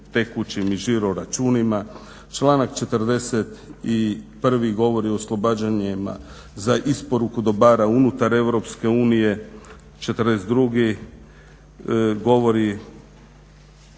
tekućim i žiro računima. Članak 41. govori o oslobađanjima za isporuku dobara unutar Europske unije.